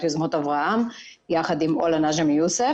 "יוזמות אברהם" יחד עם עולא נג'מי-יוסף.